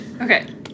Okay